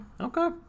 Okay